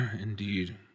Indeed